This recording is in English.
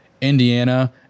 Indiana